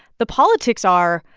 the politics are,